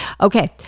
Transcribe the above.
Okay